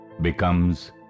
becomes